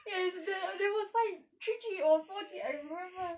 yes there there was five three G or four G I remember